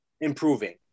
improving